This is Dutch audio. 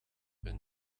een